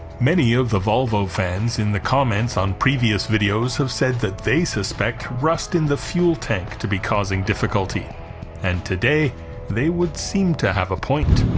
many of the volvo fans in the comments on previous videos have said that they suspect rust in the fuel tank to be causing difficulty and today they would seem to have a point